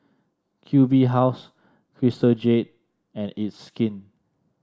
Q B House Crystal Jade and It's Skin